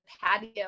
patio